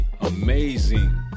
amazing